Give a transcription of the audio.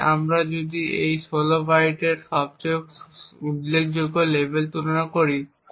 তাই আমরা যদি এই 16 বাইটের সবচেয়ে উল্লেখযোগ্য লেবেল তুলনা করি